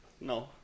No